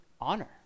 honor